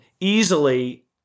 easily